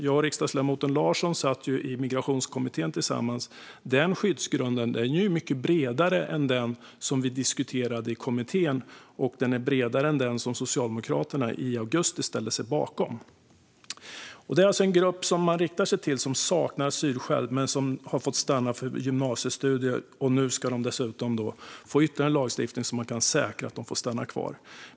Jag och riksdagsledamoten satt ju i Migrationskommittén tillsammans, och den skyddsgrunden är ju mycket bredare än den som vi diskuterade i kommittén och bredare än den som Socialdemokraterna i augusti ställde sig bakom. Det är alltså en grupp som man riktar sig till som saknar asylskäl men som har fått stanna för gymnasiestudier. Nu ska det dessutom bli ytterligare en lagstiftning så att man kan säkra att de får stanna kvar.